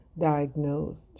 diagnosed